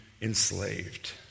Enslaved